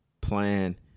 plan